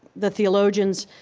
the theologians